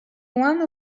one